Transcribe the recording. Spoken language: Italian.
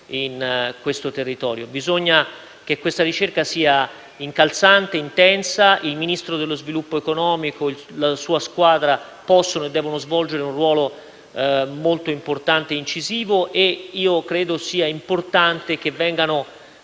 in questo territorio. Bisogna che questa ricerca sia incalzante e intensa; il Ministro dello sviluppo economico e la sua squadra possono e devono svolgere un ruolo molto importante e incisivo. Credo sia inoltre importante che vengano